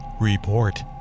Report